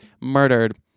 murdered